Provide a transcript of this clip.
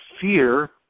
fear